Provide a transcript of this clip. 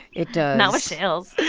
it does not with shells.